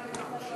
לוועדת החוקה,